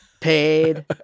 paid